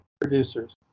producers